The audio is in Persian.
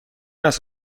است